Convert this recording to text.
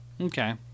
Okay